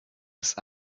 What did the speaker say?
ist